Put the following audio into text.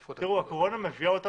המעטפות האלה נבחר נשיא בארצות הברית.